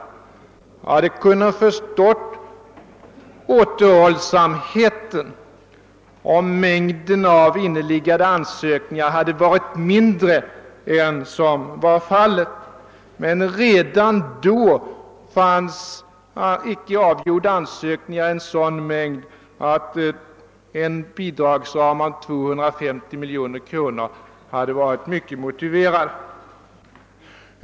Jag hade kunnat förstå återhållsamheten, om mängden av inneliggande ansökningar varit mindre än den faktiskt var, men redan vid den tidpunkten fanns som sagt icke avgjorda ansökningar i sådan mängd att en bidragsram på 250 miljoner kronor hade varit motiverad.